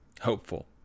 hopeful